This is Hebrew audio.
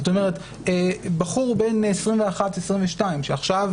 זאת אומרת, בחור בן 21, 22, שעכשיו